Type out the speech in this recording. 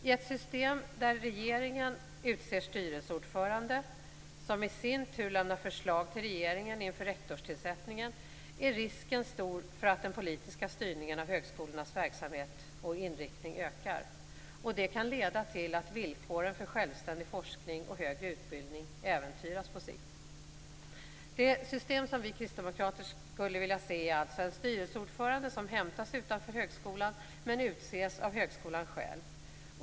I ett system där regeringen utser styrelseordförande, som i sin tur lämnar förslag till regeringen inför rektorstillsättningen, är risken stor för att den politiska styrningen av högskolornas verksamhet och inriktning ökar. Det kan leda till att villkoren för självständig forskning och högre utbildning äventyras på sikt. Det system som vi kristdemokrater skulle vilja se är alltså en styrelseordförande som hämtas utanför högskolan men utses av högskolan själv.